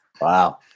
Wow